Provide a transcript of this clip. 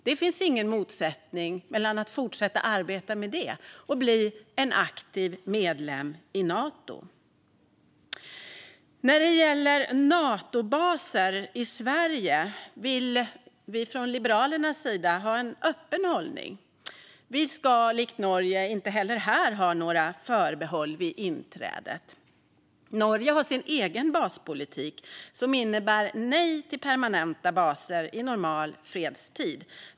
Det finns ingen motsättning mellan att fortsätta arbeta med det och att bli en aktiv medlem i Nato. När det gäller Natobaser i Sverige vill vi från Liberalernas sida ha en öppen hållning. Vi ska, likt Norge, inte heller här ha några förbehåll vid inträdet. Norge har sin egen baspolitik som innebär nej till permanenta baser i normal fredstid.